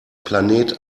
planet